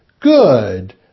good